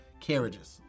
carriages